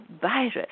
virus